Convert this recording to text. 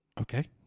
Okay